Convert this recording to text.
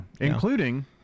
including